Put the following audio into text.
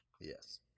Yes